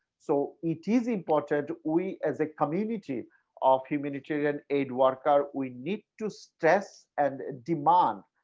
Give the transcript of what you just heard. so it is important we as a community of humanitarian aid workers, we need to stress and demand.